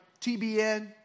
TBN